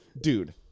Dude